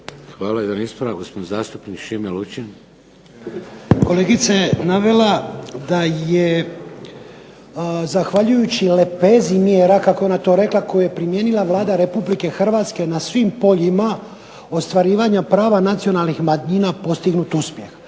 Hvala. Jedan ispravak, gospodin zastupnik Šime Lučin. **Lučin, Šime (SDP)** Kolegica je navela da je zahvaljujući lepezi …/Ne razumije se./… kako je to ona rekla koju je primijenila Vlada Republike Hrvatske na svim poljima ostvarivanja prava nacionalnih manjina postignut uspjeh.